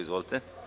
Izvolite.